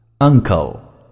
Uncle